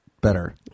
better